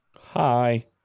Hi